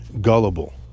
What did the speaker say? gullible